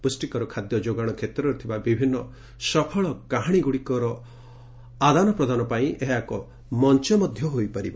ପୁଷ୍ଟିକର ଖାଦ୍ୟ ଯୋଗାଣ କ୍ଷେତ୍ରରେ ଥିବା ବିଭିନ୍ନ ସଫଳ କାହାଣୀଗୁଡ଼ିକର ଆଦାନ ପ୍ରଦାନ ପାଇଁ ଏହା ଏକ ମଞ୍ଚ ହୋଇପାରିବ